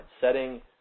setting